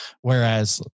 Whereas